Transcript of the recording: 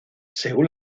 según